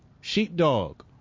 sheepdog